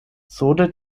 sole